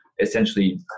essentially